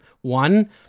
One